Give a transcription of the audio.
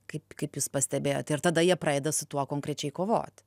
kaip kaip jūs pastebėjote ir tada jie pradeda su tuo konkrečiai kovot